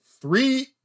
three